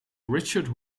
richard